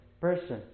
person